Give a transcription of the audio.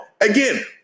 Again